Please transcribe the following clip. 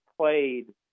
played